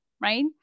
right